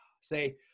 say